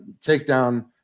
takedown